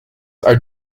are